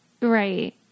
Right